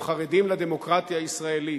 והם חרדים לדמוקרטיה הישראלית.